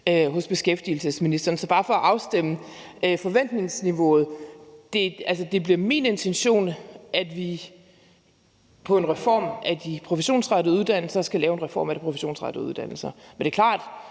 hos beskæftigelsesministeren. Så det er bare for at afstemme forventningsniveauet. Det bliver min intention, at vi med en reform af de professionsrettede uddannelser skal lave en reform af de professionsrettede uddannelser. Men det er klart,